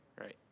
Right